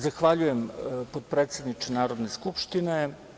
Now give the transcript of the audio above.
Zahvaljujem, potpredsedniče Narodne skupštine.